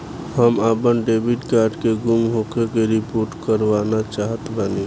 हम आपन debit card के गुम होखे के रिपोर्ट करवाना चाहत बानी